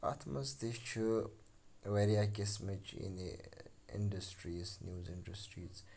اَتھ منٛز تہِ چھِ واریاہ قٕسمٕچ یعنے اِنڈَسٹرٛیٖز نِوٕز اِنڈَسٹرٛیٖز